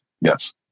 Yes